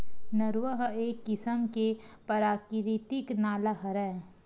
नरूवा ह एक किसम के पराकिरितिक नाला हरय